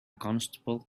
constable